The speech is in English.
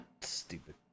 stupid